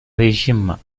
régime